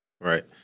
Right